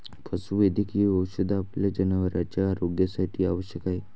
पशुवैद्यकीय औषध आपल्या जनावरांच्या आरोग्यासाठी आवश्यक आहे